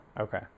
Okay